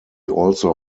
also